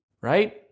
right